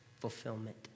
fulfillment